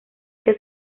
que